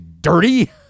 dirty